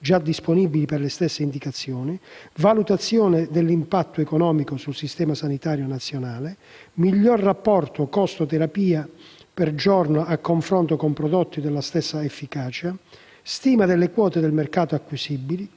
già disponibili per le stesse indicazioni; valutazione dell'impatto economico sul Servizio sanitario nazionale; miglior rapporto costo terapia per giorno a confronto con prodotti della stessa efficacia; stima delle quote di mercato acquisibili;